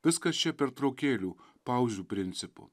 viskas čia pertraukėlių pauzių principu